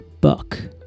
book